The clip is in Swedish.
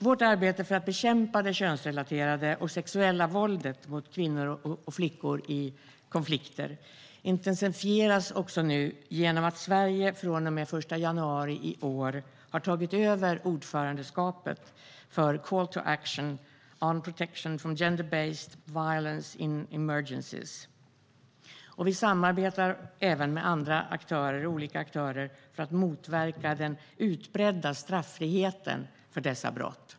Vårt arbete för att bekämpa det könsrelaterade och sexuella våldet mot kvinnor och flickor i konflikter intensifieras genom att Sverige från den 1 januari i år har tagit över ordförandeskapet för Call to Action on Protection from Gender-Based Violence in Emergencies. Vi samarbetar även med olika aktörer för att motverka den utbredda straffriheten för dessa brott.